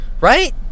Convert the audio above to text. right